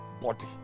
body